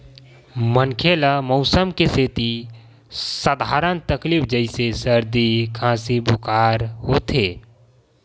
मनखे ल मउसम के सेती सधारन तकलीफ जइसे सरदी, खांसी, बुखार होथे